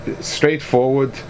straightforward